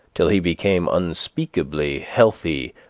till he became unspeakably healthy,